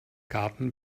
garten